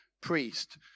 priest